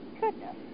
goodness